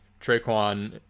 Traquan